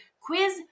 quiz